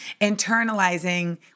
internalizing